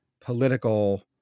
political